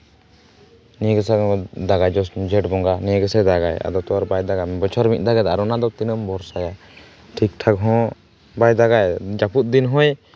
ᱱᱤᱭᱟᱹ ᱠᱚ ᱥᱚᱢᱚᱭ ᱜᱮᱭ ᱫᱟᱜᱟ ᱡᱷᱮᱸᱴ ᱵᱚᱸᱜᱟ ᱱᱤᱭᱟ ᱠᱚ ᱥᱚᱢᱚᱭ ᱜᱮᱭ ᱫᱟᱜᱟᱭ ᱟᱫᱚ ᱛᱚ ᱵᱟᱭ ᱫᱟᱜᱟ ᱵᱚᱪᱷᱚᱨ ᱨᱮ ᱢᱤᱫ ᱫᱷᱟᱣ ᱜᱮᱭ ᱫᱟᱜᱟ ᱟᱨ ᱚᱱᱟ ᱫᱚ ᱛᱤᱱᱟᱹᱜ ᱮᱢ ᱵᱷᱚᱨᱥᱟᱭᱟ ᱴᱷᱤᱠᱼᱴᱷᱟᱠ ᱦᱚᱸ ᱵᱟᱭ ᱫᱟᱜᱟᱭ ᱡᱟᱹᱯᱩᱫ ᱫᱤᱱ ᱦᱚᱸᱭ